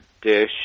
dish